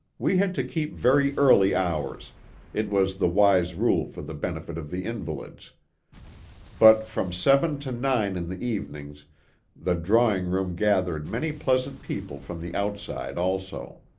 we had to keep very early hours it was the wise rule for the benefit of the invalids but from seven to nine in the evenings the drawing room gathered many pleasant people from the outside also.